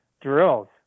drills